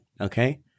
okay